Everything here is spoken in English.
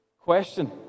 Question